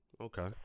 Okay